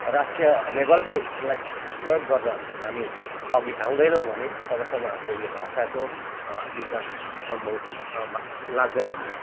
राष्ट्रिय लेबलमै यसलाई प्रयोग गर्न हामी अघि आउँदैनौँ भने तबसम्म हाम्रो यो भाषाको विकास सम्भव लाग्दैन मलाई